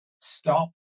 stop